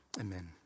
Amen